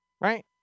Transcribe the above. Right